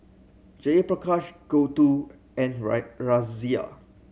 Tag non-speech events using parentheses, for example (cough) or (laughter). Jayaprakash Gouthu and (unintelligible) Razia